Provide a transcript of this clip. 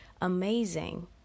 amazing